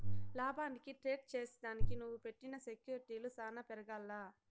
లాభానికి ట్రేడ్ చేసిదానికి నువ్వు పెట్టిన సెక్యూర్టీలు సాన పెరగాల్ల